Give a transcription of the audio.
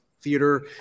theater